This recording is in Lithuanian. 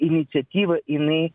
iniciatyvą jinai